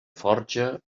forja